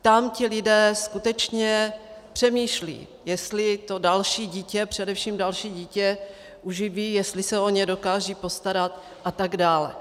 Tam ti lidé skutečně přemýšlejí, jestli to další dítě, především další dítě uživí, jestli se o ně dokážou postarat atd.